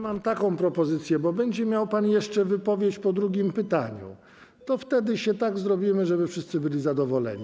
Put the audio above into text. Mam taką propozycję: bo będzie pan miał jeszcze wypowiedź po drugim pytaniu, to wtedy tak zrobimy, żeby wszyscy byli zadowoleni.